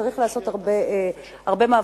וצריך לעשות הרבה מאבקים,